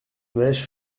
mèche